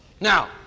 Now